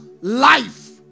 Life